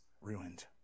ruined